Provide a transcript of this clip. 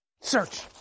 search